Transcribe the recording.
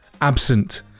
absent